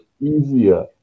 easier